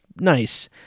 nice